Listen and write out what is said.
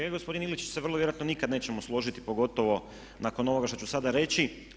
Vi gospodine Ilčić se vrlo vjerojatno nikad nećemo složiti pogotovo nakon ovoga što ću sada reći.